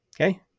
Okay